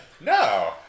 No